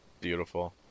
Beautiful